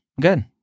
good